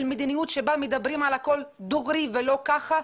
מדיניות שבה מדברים על הכול דוגרי ולא ככה,